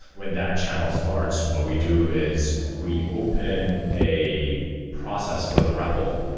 when that channel starts, what we do is we open a process for the repl.